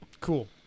Cool